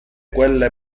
quelle